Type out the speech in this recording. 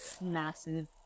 massive